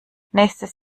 nächstes